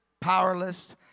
powerless